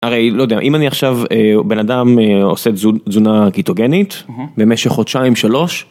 הרי לא יודע אם אני עכשיו בן אדם עושה תזונה קיטוגנית במשך חודשיים שלוש.